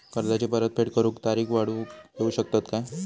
कर्जाची परत फेड करूक तारीख वाढवून देऊ शकतत काय?